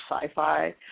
sci-fi